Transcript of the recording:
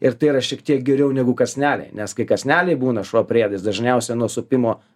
ir tai yra šiek tiek geriau negu kąsneliai nes kai kąsneliai būna šuo priėda jis dažniausiai nuo supimo